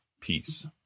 Peace